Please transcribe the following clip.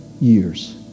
years